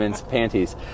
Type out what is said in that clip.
panties